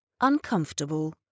uncomfortable